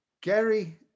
Gary